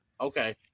Okay